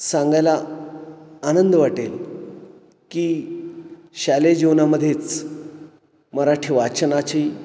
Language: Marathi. सांगायला आनंद वाटेल की शालेय जीवनामध्येच मराठी वाचनाची